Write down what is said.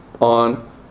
on